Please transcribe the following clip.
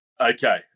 okay